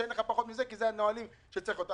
אי אפשר פחות מזה כי אלה הנהלים שצריכים להיות.